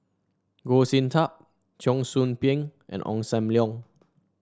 Goh Sin Tub Cheong Soo Pieng and Ong Sam Leong